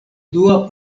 dua